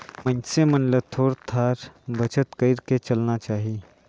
मइनसे मन ल थोर थार बचत कइर के चलना चाही